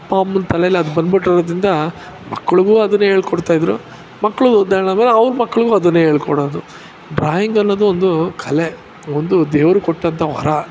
ಅಪ್ಪ ಅಮ್ಮನ ತಲೆಯಲ್ಲಿ ಅದು ಬಂದ್ಬಿಟ್ಟಿದ್ರಿಂದ ಮಕ್ಕಳಿಗು ಅದನ್ನೇ ಹೇಳಿಕೊಡ್ತಾ ಇದ್ದರು ಮಕ್ಕಳು ಅವ್ರ ಮಕ್ಕಳಿಗು ಅದನ್ನೇ ಹೇಳಿ ಕೊಡೋದು ಡ್ರಾಯಿಂಗನ್ನೋದು ಒಂದು ಕಲೆ ಒಂದು ದೇವರು ಕೊಟ್ಟಂತಹ ವರ